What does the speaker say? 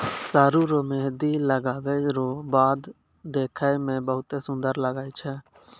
सरु रो मेंहदी लगबै रो बाद देखै मे बहुत सुन्दर लागै छै